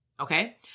Okay